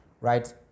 right